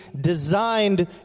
designed